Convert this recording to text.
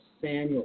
Samuel